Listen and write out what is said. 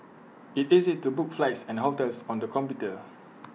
IT easy to book flights and hotels on the computer